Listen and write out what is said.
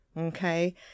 Okay